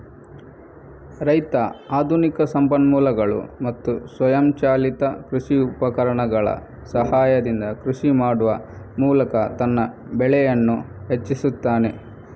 ರೈತ ಆಧುನಿಕ ಸಂಪನ್ಮೂಲಗಳು ಮತ್ತು ಸ್ವಯಂಚಾಲಿತ ಕೃಷಿ ಉಪಕರಣಗಳ ಸಹಾಯದಿಂದ ಕೃಷಿ ಮಾಡುವ ಮೂಲಕ ತನ್ನ ಬೆಳೆಯನ್ನು ಹೆಚ್ಚಿಸುತ್ತಾನೆ